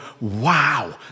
wow